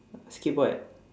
skip what